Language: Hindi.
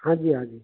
हाँ जी हाँ जी